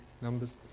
Numbers